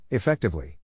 Effectively